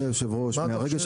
מה אתה חושב,